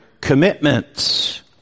commitments